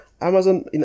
Amazon